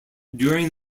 during